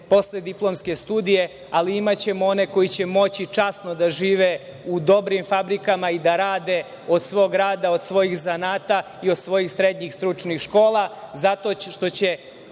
posle diplomske studije, ali imaćemo one koji će moći časno da žive u dobrim fabrikama i da rade od svog rada, od svojih zanata i od svojih srednjih stručnih škola, zato što će